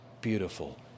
beautiful